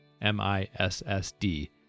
M-I-S-S-D